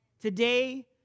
Today